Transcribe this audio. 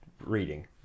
reading